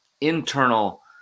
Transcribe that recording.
internal